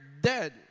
dead